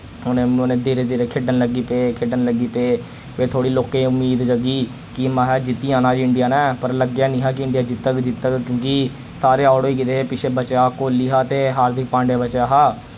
उ'नैं उ'नैं धीरे धीरे खेढन लग्गी पे खेडन लग्गी पे फिर थोह्ड़ी लोकें उम्मीद जगी कि महा जित्ती जाना इंडिया नै पर लग्गेया ने'हा कि इंडिया जित्तग जित्तग क्यूंकि सारे आउट होई गेदे हे पिच्छै बचेदा कोहली हा ते हार्दिक पांडेया बचे दा हा